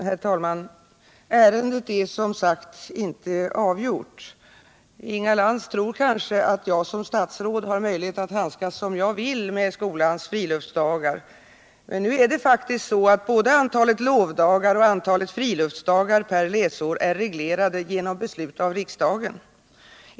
Herr talman! Ärendet är som sagt inte avgjort. Inga Lantz tror kanske att jag som statsråd har möjlighet att handskas som jag vill med skolans friluftsdagar. Men nu är det faktiskt så att både antalet lovdagar och antalet friluftsdagar per läsår har reglerats genom beslut av riksdagen.